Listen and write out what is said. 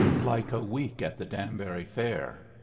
like a week at the danbury fair.